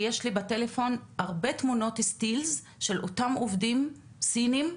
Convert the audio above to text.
ויש לי בטלפון הרבה תמונות סטילס של אותם עובדים סינים,